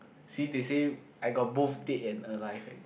see they say I got both dead and alive eh